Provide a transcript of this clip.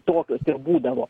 tokios ir būdavo